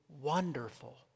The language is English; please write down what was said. wonderful